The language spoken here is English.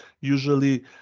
usually